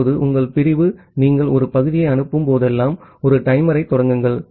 இப்போது உங்கள் பிரிவு நீங்கள் ஒரு பகுதியை அனுப்பும் போதெல்லாம் ஒரு டைமரைத் தொடங்குங்கள்